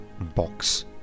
box